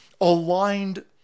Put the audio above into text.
aligned